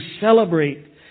celebrate